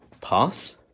pass